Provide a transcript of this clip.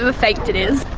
ah faked it is.